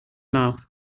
mouth